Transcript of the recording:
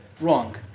Wrong